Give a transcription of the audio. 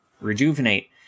rejuvenate